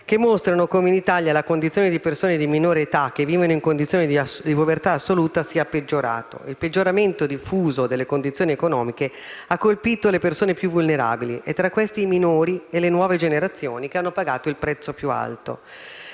che mostrano come in Italia la condizione di persone di minore età che vivono in condizioni di povertà assoluta sia peggiorato. Il peggioramento diffuso delle condizioni economiche ha colpito le persone più vulnerabili e tra questi i minori e le nuove generazioni che hanno pagato il prezzo più alto.